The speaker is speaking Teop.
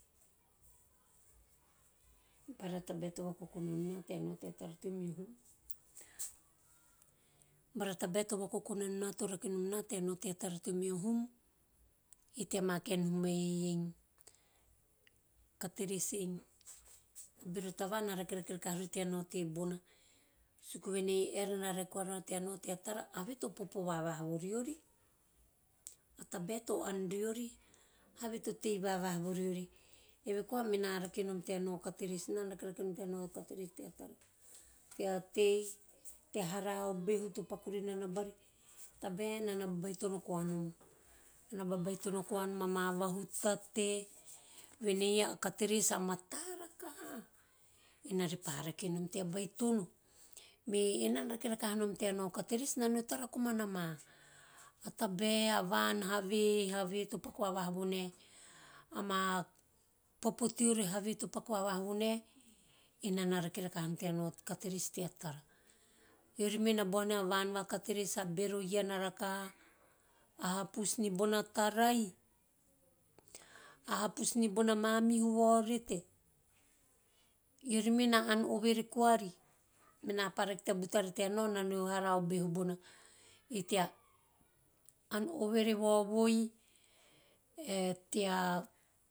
Bara tabae to vakokona nonom na tea nao tea tora teo meho hum, bara tabae to vakokona ninom na tea tara te meho hum ei tea ma kaen hum va re - re i catrets ei, bero tavan na rakerake koara teo nao tea tara have to popo vavaha voriori, a tabae to ann riori. Have to tei vavaha voriori, eve koa mena rakerake nom tea nao catrets. Enana rakerake nom tea nao catrets tea tara, tea tei, tea hara o behu to paku rinana bari tabae enana babaitono koanom. Enana babaitono koanom ama vahutate venei a catrets a mata rakaha ena repa raka nom tea baitono me ena na rake rakahon tea nao cartrets ena re no tara komana ma a tabae, a van have - have to paku vavaha no nae. ama popo teori have to ppaku vavaha vone enana rake rakahanom tea nao carterets tea tara, eovi me na boha ven a van va carterets a bero iana rakaha, a hapus ni bona tarai, a hapus ni bona mamihu vaorete eori me na an oveve koari mena pa rake tea butara tea nao ena re no hara o behu bona, ei tea an ovore vaovoi, ae tea.